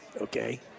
okay